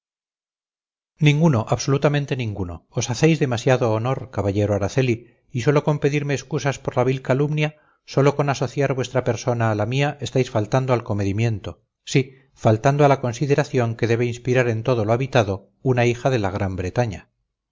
ninguno absolutamente ninguno os hacéis demasiado honor caballero araceli y sólo con pedirme excusas por la vil calumnia sólo con asociar vuestra persona a la mía estáis faltando al comedimiento sí faltando a la consideración que debe inspirar en todo lo habitado una hija de la gran bretaña